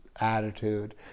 attitude